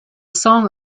song